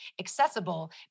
accessible